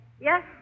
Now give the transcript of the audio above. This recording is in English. Yes